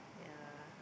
ya